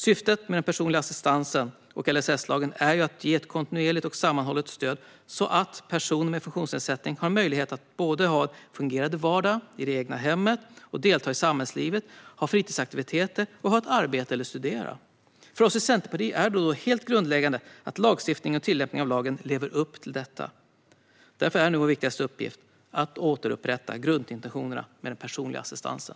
Syftet med den personliga assistansen och LSS-lagen är ju att ge ett kontinuerligt och sammanhållet stöd, så att personer med funktionsnedsättning har möjlighet att såväl ha en fungerande vardag i det egna hemmet som att delta i samhällslivet, ägna sig åt fritidsaktiviteter och ha ett arbete eller studera. För oss i Centerpartiet är det helt grundläggande att lagstiftningen och tillämpningen av lagen lever upp till detta. Därför är nu vår viktigaste uppgift att återupprätta grundintentionerna med den personliga assistansen.